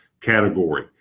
category